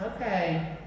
Okay